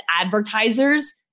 advertisers